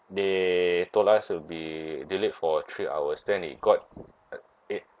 they told us will be delayed for three hours then it got uh it